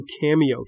cameo